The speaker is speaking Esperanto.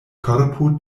korpo